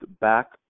back